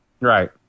Right